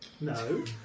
no